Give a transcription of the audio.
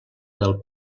del